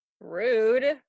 Rude